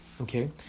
Okay